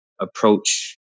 approach